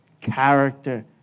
character